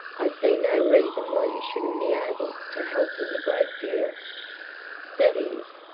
i see no reason why you shouldn't be able to help him a great deal that is,